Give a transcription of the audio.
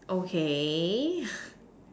okay